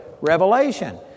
revelation